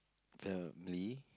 termly